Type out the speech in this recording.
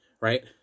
right